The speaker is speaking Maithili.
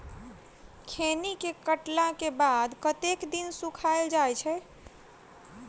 खैनी केँ काटला केँ बाद कतेक दिन सुखाइल जाय छैय?